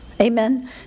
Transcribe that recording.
Amen